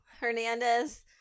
Hernandez